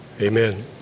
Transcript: amen